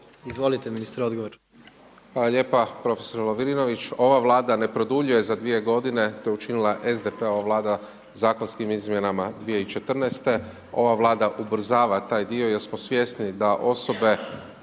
**Pavić, Marko (HDZ)** Hvala lijepa. Profesore Lovrinović, ova Vlada ne produljuje za 2 g., to je učinila SDP-ova Vlada zakonskim izmjenama 2014., ova Vlada ubrzava taj dio jer smo svjesni da osobe